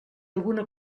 alguna